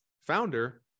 founder